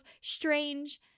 strange